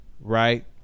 right